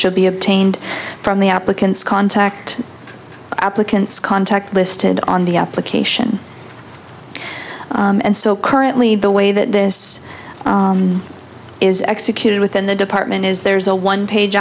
should be obtained from the applicants contact applicants contact listed on the application and so currently the way that this is executed within the department is there is a one page